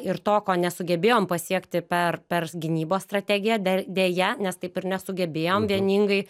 ir to ko nesugebėjom pasiekti per per gynybos strategiją der deja nes taip ir nesugebėjom vieningai